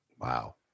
Wow